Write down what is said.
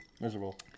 miserable